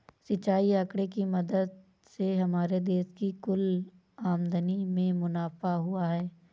सिंचाई आंकड़े की मदद से हमारे देश की कुल आमदनी में मुनाफा हुआ है